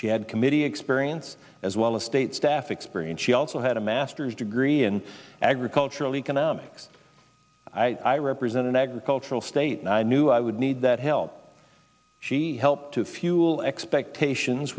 she had committee experience as well as state staff experience she also had a master's degree in agricultural economics i represent an agricultural state and i knew i would need that help she helped to fuel expectations